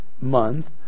month